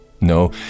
No